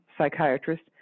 psychiatrist